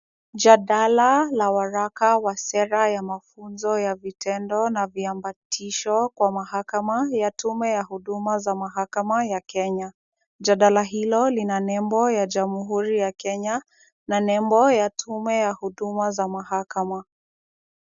Jadala la waraka ya sera ya mafunzo ya vitendo na viambatisho kwa mahakama ya tume ya huduma za mahakama ya Kenya. Jadala hilo lina nembo ya jamhuri ya Kenya, na nembo ya tume ya huduma za mahakama.